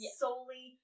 solely